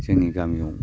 जोंनि गामियाव